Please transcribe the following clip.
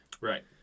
Right